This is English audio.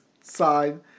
side